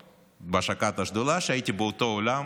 בהשקת השדולה, שהייתי באותו אולם